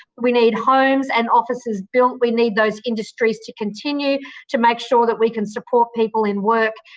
we need homes and offices built. we need those industries to continue to make sure that we can support people in work.